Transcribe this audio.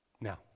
Now